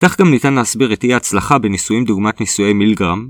כך גם ניתן להסביר אי הצלחה בניסויים דוגמת נישואי מילגרם.